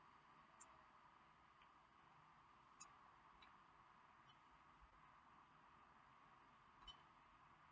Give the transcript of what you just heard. how